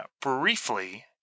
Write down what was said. briefly